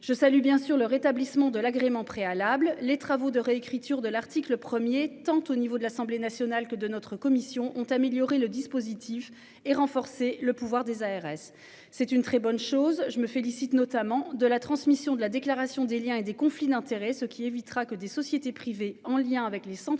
je salue bien sûr le rétablissement de l'agrément préalable, les travaux de réécriture de l'article premier tant au niveau de l'Assemblée nationale que de notre commission ont amélioré le dispositif et renforcer le pouvoir des ARS. C'est une très bonne chose, je me félicite notamment de la transmission de la déclaration des Liens et des conflits d'intérêts, ce qui évitera que des sociétés privées en lien avec les centres